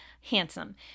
handsome